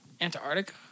Antarctica